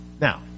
Now